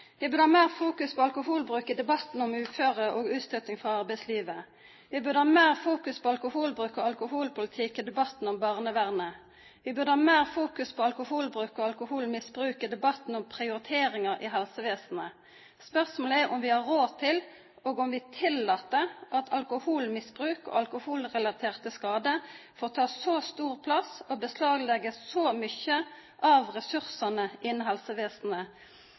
Vi burde ha mer fokus på alkoholbruk i debatten om uføre og utstøting fra arbeidslivet. Vi burde ha mer fokus på alkoholbruk og alkoholpolitikk i debatten om barnevernet. Vi burde ha mer fokus på alkoholbruk og alkoholmisbruk i debatten om prioriteringer i helsevesenet. Spørsmålet er om vi har råd til, og om vi tillater at alkoholmisbruk og alkoholrelaterte skader får ta så stor plass og beslaglegge så mye av ressursene innen helsevesenet.